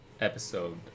episode